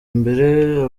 mbere